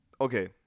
Okay